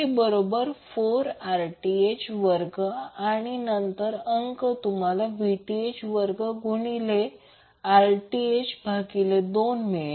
हे बरोबर 4 Rth वर्ग आणि नंतर अंक तुम्हाला Vth वर्ग गुणिले Rth भागिले 2 मिळेल